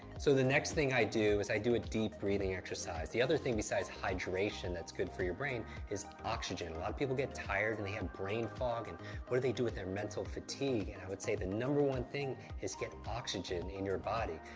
so, the next thing i do is i do a deep breathing exercise. the other thing besides hydration that's good for your brain is oxygen. a lot of people get tired, and they have brain fog. and what do they do with their mental fatigue? and i would say the number one thing is get oxygen in your body.